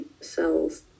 cells